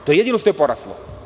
To je jedino što je poraslo.